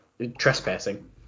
trespassing